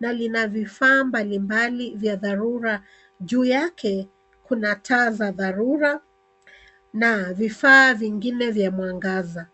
na lina vifaa mbalimbali vya dharura. Juu yake kuna taa za dharura na vifaa vingine vya mwangaza.